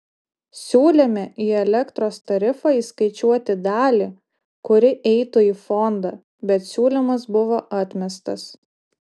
siūlėme į elektros tarifą įskaičiuoti dalį kuri eitų į fondą bet siūlymas buvo atmestas